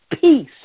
peace